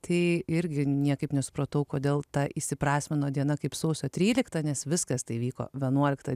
tai irgi niekaip nesupratau kodėl ta įsiprasmino diena kaip sausio trylikta nes viskas tai vyko vienuoliktą